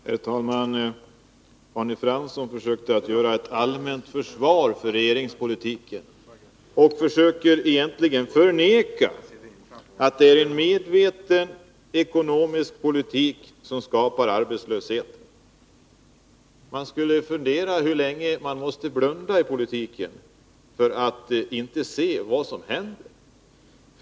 Herr talman! Arne Fransson försökte sig på ett allmänt försvar av regeringspolitiken. Han försökte egentligen förneka att det är en medveten ekonomisk politik som skapar arbetslösheten. Jag funderar på hur länge man måste blunda i politiken för att inte se vad som händer.